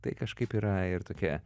tai kažkaip yra ir tokia